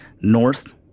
north